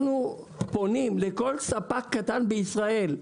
אנחנו פונים לכל ספק קטן בישראל.